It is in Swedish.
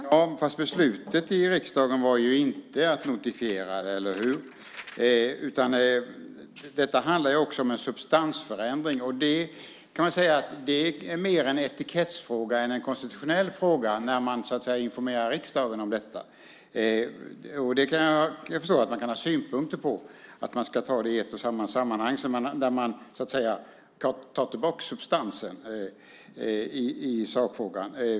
Fru talman! Beslutet i riksdagen var ju inte att notifiera, eller hur? Det handlar också om en substansförändring. Det är mer en etikettsfråga än en konstitutionell fråga när man informerar riksdagen om detta. Jag kan förstå att man kan ha synpunkter på att man ska ta detta i ett och samma sammanhang, där man så att säga tar tillbaka substansen i sakfrågan.